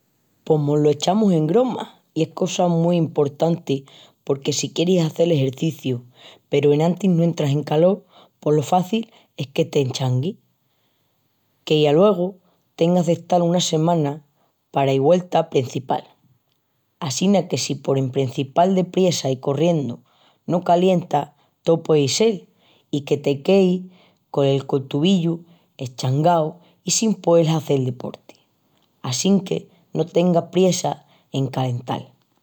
Pos mo-lo echamus en groma i es cosa mu emportanti porque si quieris hazel exerciciu peru enantis no entras en calol pos lo faci es que t'eschanguis qué i alogu tengas d'estal una semana pará i güelta a prencipial. Assina que si por emprencipial depriessa i corriendu no calientas to puei sel i que te queis col cotuvillu eschangau i sin poel hazel deporti. Assinque no tengas priessa en calental.